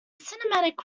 cinematic